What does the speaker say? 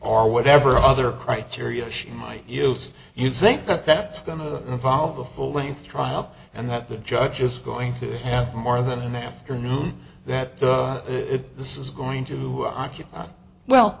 or whatever other criteria she might use you think that's going to involve a full length trial and that the judge is going to have more than one afternoon that this is going to occupy well